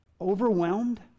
Overwhelmed